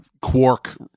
Quark